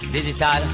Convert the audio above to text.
Digital